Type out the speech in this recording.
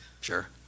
sure